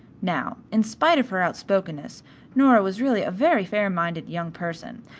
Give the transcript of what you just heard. now in spite of her outspokenness nora was really a very fair minded young person,